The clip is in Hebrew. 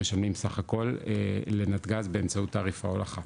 משלמים סך הכל לנתג"ז באמצעות תעריף ההולכה.